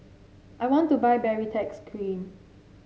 I want to buy Baritex Cream